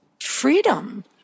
freedom